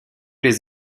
les